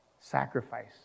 Sacrifice